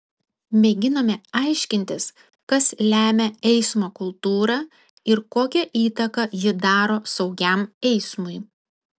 mėginame aiškintis kas lemia eismo kultūrą ir kokią įtaką ji daro saugiam eismui